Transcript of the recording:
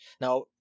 Now